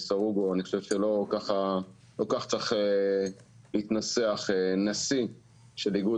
אני חושב שלא כך צריך להתנסח נשיא של איגוד